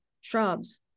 shrubs